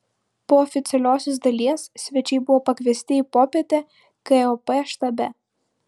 po oficialiosios dalies svečiai buvo pakviesti į popietę kop štabe